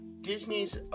Disney's